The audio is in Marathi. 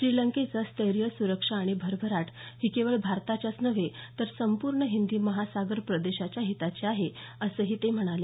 श्रीलंकेचं स्थैर्य सुरक्षा आणि भरभराट ही केवळ भारताच्याच नव्हे तर संपूर्ण हिंदी महासागर प्रदेशाच्या हिताची आहे असंही ते म्हणाले